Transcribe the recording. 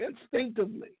instinctively